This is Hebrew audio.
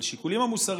אבל השיקולים המוסריים,